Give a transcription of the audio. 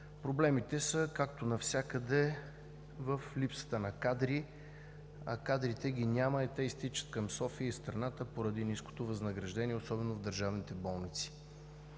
Проблемите както навсякъде са в липсата на кадри. Кадри няма – те изтичат към София и страната поради ниското възнаграждение, особено в държавните болници.